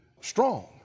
strong